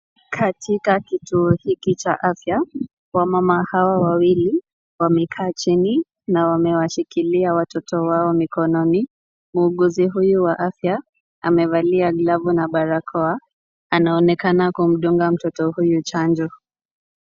Katika kituo hiki cha afya, wamama hawa wawili wamekaa chini na wamewashikilia watoto wao mikononi. Muuguzi huyu wa afya amevalia glavu na barakoa, anaonekana kumdunga mtoto huyu chanjo.